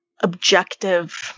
objective